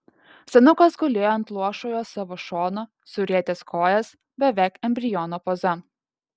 senukas gulėjo ant luošojo savo šono surietęs kojas beveik embriono poza